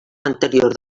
anterior